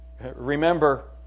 remember